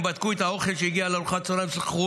הן בדקו את האוכל שהגיע לארוחת הצוהריים ושוחחו